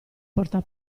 porta